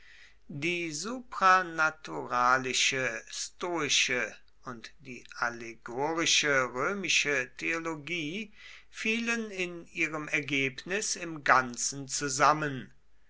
die supranaturalische stoische und die allegorische römische theologie fielen in ihrem ergebnis im ganzen zusammen